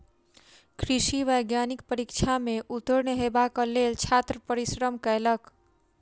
कृषि वैज्ञानिक परीक्षा में उत्तीर्ण हेबाक लेल छात्र परिश्रम कयलक